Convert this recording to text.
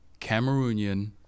Cameroonian